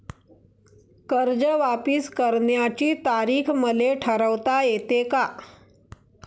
कर्ज वापिस करण्याची तारीख मले ठरवता येते का?